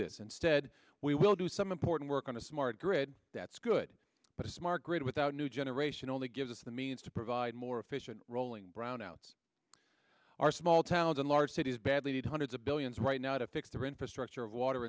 this instead we will do some important work on a smart grid that's good but a smart grid without new generation only gives us the means to provide more efficient rolling brownouts our small towns and large cities badly need hundreds of billions right now to fix their infrastructure of water